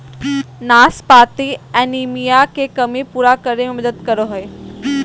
नाशपाती एनीमिया के कमी पूरा करै में मदद करो हइ